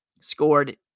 scored